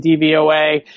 DVOA